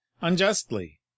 unjustly